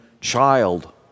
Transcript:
child